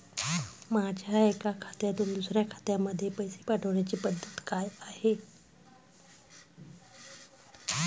माझ्या एका खात्यातून दुसऱ्या खात्यामध्ये पैसे पाठवण्याची काय पद्धत आहे?